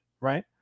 right